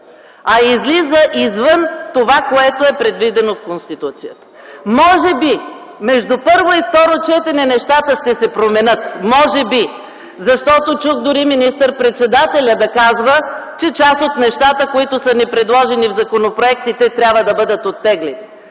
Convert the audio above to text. а излиза извън това, което е предвидено в Конституцията. Може би между първо и второ четене нещата ще се променят – може би, защото чух дори министър-председателят да казва, че част от нещата, които са ни предложени в законопроектите, трябва да бъдат оттеглени.